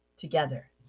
together